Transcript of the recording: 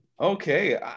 Okay